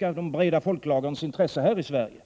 de breda folklagrens intresse här i Sverige.